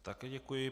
Také děkuji.